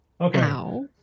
Okay